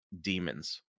demons